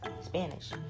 Spanish